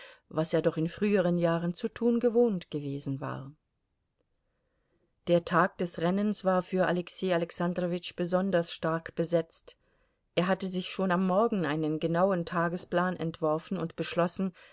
was er doch in früheren jahren zu tun gewohnt gewesen war der tag des rennens war für alexei alexandrowitsch besonders stark besetzt er hatte sich schon am morgen einen genauen tagesplan entworfen und beschlossen